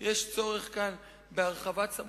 יש בסך הכול צבר של